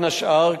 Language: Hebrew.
בין השאר,